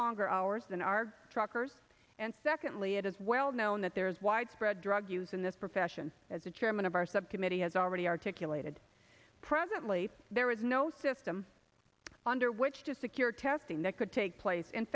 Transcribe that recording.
longer hours than are truckers and secondly it is well known that there is widespread drug use in this profession as the chairman of our subcommittee has already articulated presently there is no system under which to secure testing that could take place in